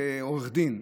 כעורך דין,